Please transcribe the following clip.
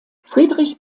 friedrich